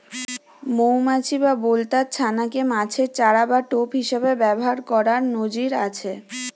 মউমাছি বা বলতার ছানা কে মাছের চারা বা টোপ হিসাবে ব্যাভার কোরার নজির আছে